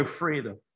freedom